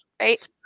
right